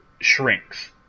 shrinks